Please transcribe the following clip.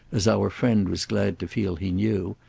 as our friend was glad to feel he knew,